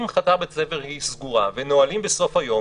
אם חצר בית הספר סגורה ונועלים בסוף היום,